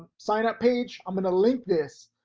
sign up page. i'm gonna link this.